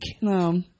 No